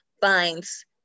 finds